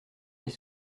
les